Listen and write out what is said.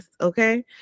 okay